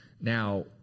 Now